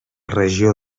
regió